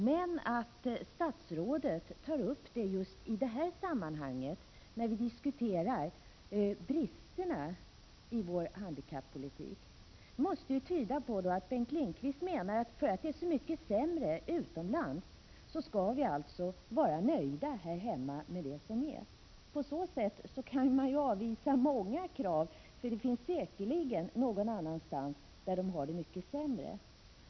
Men att statsrådet tar upp det just i det här sammanhanget, när vi diskuterar bristerna i vår handikappolitik, måste ju tyda på att Bengt Lindqvist menar att för att det är så mycket sämre utomlands skall vi här hemma vara nöjda med det som är. På så sätt kan man ju avvisa många krav. Det finns säkerligen någon annanstans ett land, där man har det mycket sämre.